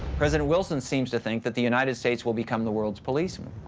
president wilson seems to think that the united states will become the world's policeman.